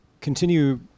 continue